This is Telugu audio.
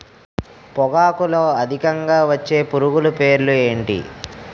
పొగాకులో అధికంగా వచ్చే పురుగుల పేర్లు ఏంటి